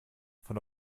von